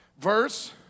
verse